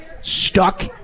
stuck